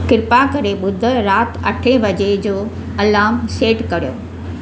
किरपा करे ॿुधरु राति अठे बजे जो अलार्म सेट करो